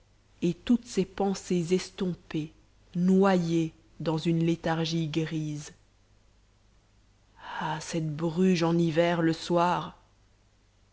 et toutes ses pensées estompées noyées dans une léthargie grise ah cette bruges en hiver le soir